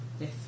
Yes